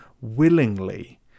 willingly